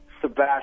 Sebastian